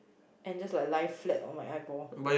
and just like lie flat on my eyeball